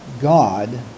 God